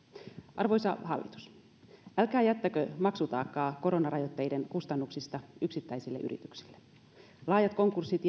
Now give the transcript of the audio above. arvoisa hallitus älkää jättäkö maksutaakkaa koronarajoitteiden kustannuksista yksittäisille yrityksille laajat konkurssit